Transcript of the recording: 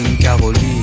Caroline